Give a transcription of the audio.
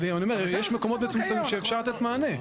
אבל יש מקומות מצומצמים שאפשר לתת מענה.